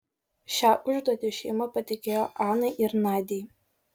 šią užduotį šeima patikėjo anai ir nadiai